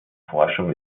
forschung